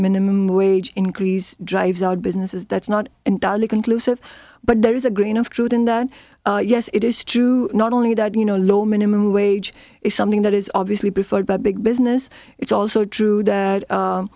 minimum wage increase drives out businesses that's not entirely conclusive but there is a grain of truth in that yes it is true not only that you know law minimum wage is something that is obviously preferred by big business it's also true that